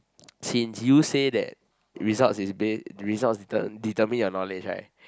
since you say that result is based result deter~ determine your knowledge right